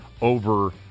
over